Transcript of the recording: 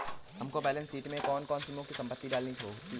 हमको balance sheet में कौन कौन सी मुख्य संपत्ति डालनी होती है?